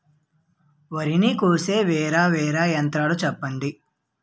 వరి ని కోసే వేరా వేరా యంత్రాలు చెప్పండి?